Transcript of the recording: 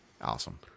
awesome